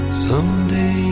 someday